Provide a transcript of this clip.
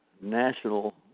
national